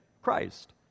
Christ